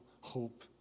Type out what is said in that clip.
hope